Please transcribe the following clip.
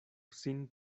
sin